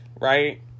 right